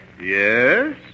Yes